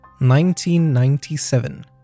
1997